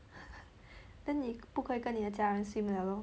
then 你不可以跟你的家人 swim liao lor